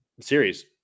series